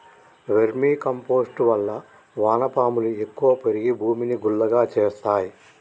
vermi compost వల్ల వాన పాములు ఎక్కువ పెరిగి భూమిని గుల్లగా చేస్తాయి